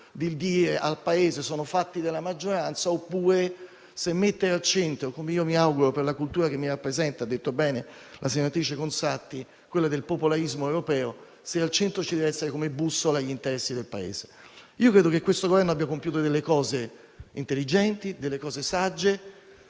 di dire al Paese che sono fatti della maggioranza oppure - come io mi auguro per la cultura che mi rappresenta, e ha detto bene la senatrice Conzatti - del popolarismo europeo, se al centro ci devono essere come bussola gli interessi del Paese. Io credo che questo Governo abbia fatto delle cose intelligenti e sagge